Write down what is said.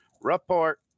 report